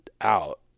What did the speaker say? out